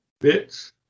bits